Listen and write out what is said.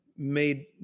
made